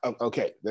okay